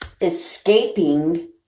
escaping